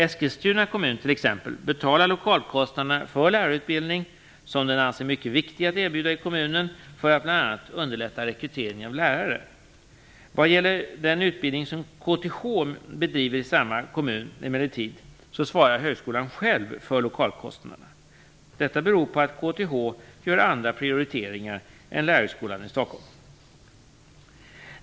Eskilstuna kommun betalar t.ex. lokalkostnaderna för lärarutbildning, som den anser mycket viktig att erbjuda i kommunen för att bl.a. underlätta rekryteringen av lärare. Vad gäller den utbildning som KTH bedriver i samma kommun så svarar emellertid högskolan själv för lokalkostnaderna. Detta beror på att KTH gör andra prioriteringar än Lärarhögskolan i Stockholm.